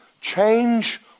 Change